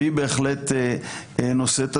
והיא בהחלט נושאת הדגל.